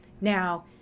Now